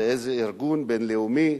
זה איזה ארגון בין-לאומי,